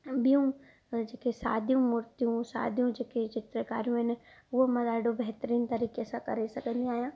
ऐं ॿियूं जेकी सादी मुर्तियूं हूं जेके चित्रकारियूं आहिनि उहो मां ॾाढो बेहतरीनि तरीके़ सां करे सघंदी आहियां